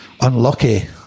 unlucky